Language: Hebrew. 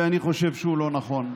ואני חושב שהוא לא נכון.